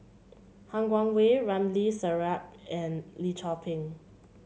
Han Guangwei Ramli Sarip and Lim Chor Pee